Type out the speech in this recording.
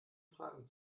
fragen